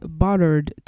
bothered